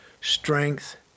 strength